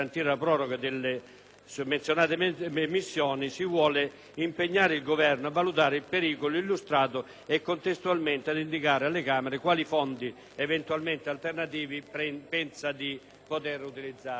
summenzionate missioni, si vuole impegnare il Governo a valutare il pericolo illustrato e contestualmente ad indicare alle Camere quali fondi alternativi eventualmente pensa di poter utilizzare.